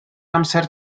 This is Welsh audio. amser